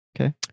Okay